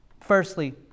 Firstly